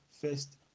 first